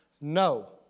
no